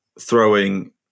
throwing